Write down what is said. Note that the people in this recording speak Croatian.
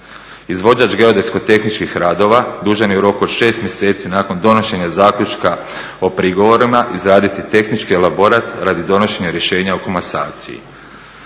Izvođač geodetsko tehničkih radova dužan je u roku od 6 mjeseci nakon donošenja zaključka o prigovorima izgraditi tehnički elaborat radi donošenja rješenja o komasaciji.